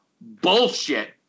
Bullshit